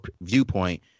viewpoint